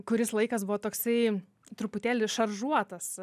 kuris laikas buvo toksai truputėlį šaržuotas